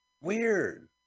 Weird